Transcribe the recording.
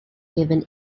given